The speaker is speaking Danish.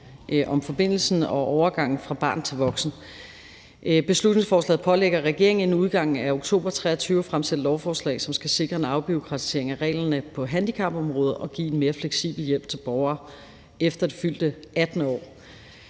om forbindelsen og overgangen fra barn til voksen. Beslutningsforslaget pålægger regeringen inden udgangen af oktober 2023 at fremsætte lovforslag, som skal sikre en afbureaukratisering af reglerne på handicapområdet og give en mere fleksibel hjælp til borgere efter det fyldte 18. år.